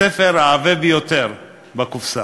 הספר העבה ביותר בקופסה.